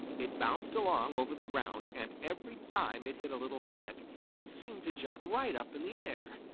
it bounced along over the ground, and every time it hit a little hummock it seemed to jump right up in the air.